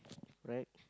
right